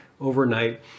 overnight